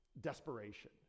desperation